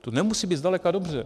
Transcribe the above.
To nemusí být zdaleka dobře.